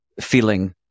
feeling